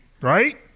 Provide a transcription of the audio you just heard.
Right